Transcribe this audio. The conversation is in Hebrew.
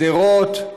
שדרות,